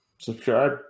subscribe